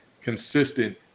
consistent